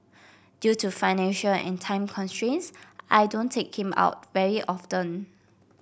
due to financial and time constraints I don't take him out very often